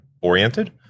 oriented